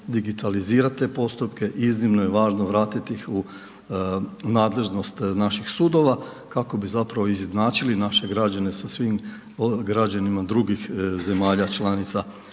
digitalizirat te postupke, iznimno je važno vratiti ih u nadležnost naših sudova kako bi zapravo izjednačili naše građane sa svim građanima drugih zemalja članica